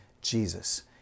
Jesus